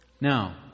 Now